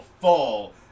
fall